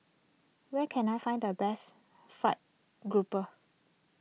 where can I find the best Fried Grouper